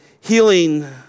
healing